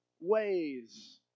ways